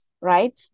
right